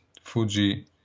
fuji